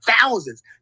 thousands